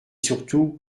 surtout